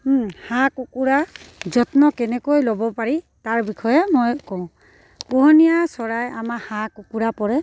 হাঁহ কুকুৰা যত্ন কেনেকৈ ল'ব পাৰি তাৰ বিষয়ে মই কওঁ পোহনীয়া চৰাই আমাৰ হাঁহ কুকুৰা পৰে